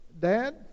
Dad